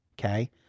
okay